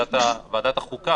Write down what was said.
שוועדת החוקה,